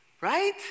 right